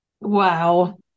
Wow